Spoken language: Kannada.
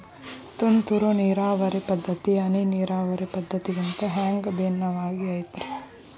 ತುಂತುರು ನೇರಾವರಿ ಪದ್ಧತಿ, ಹನಿ ನೇರಾವರಿ ಪದ್ಧತಿಗಿಂತ ಹ್ಯಾಂಗ ಭಿನ್ನವಾಗಿ ಐತ್ರಿ?